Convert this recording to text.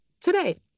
today